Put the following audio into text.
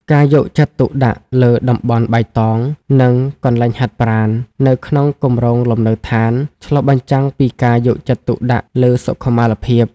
ការយកចិត្តទុកដាក់លើ "តំបន់បៃតង" និង "កន្លែងហាត់ប្រាណ" នៅក្នុងគម្រោងលំនៅឋាន ឆ្លុះបញ្ចាំងពីការយកចិត្តទុកដាក់លើសុខុមាលភាព។